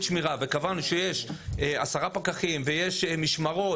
שמירה וקבענו שיש עשרה פקחים ויש משמרות,